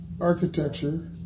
architecture